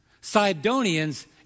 Sidonians